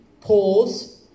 pause